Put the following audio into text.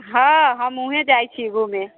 हँ हम उहेँ जाइत छी घूमय